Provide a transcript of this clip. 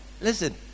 Listen